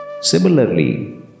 Similarly